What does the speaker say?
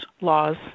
laws